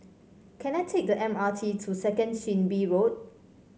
can I take the M R T to Second Chin Bee Road